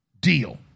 deal